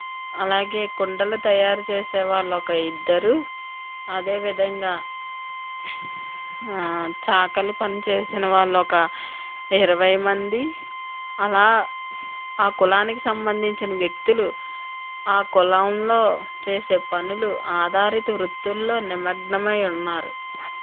అలాగే కుండలు తయారు చేసే వాల్లు ఒక ఇద్దరు అదే విధంగా చాకలి పని చేసిన వాళ్ళు ఒక ఇరవై మంది అలా ఆ కులానికి సంబంధించిన వ్యక్తులు ఆ కులంలో చేసే పనులు ఆధారిత వృత్తులలో నిమగ్నమై ఉన్నారు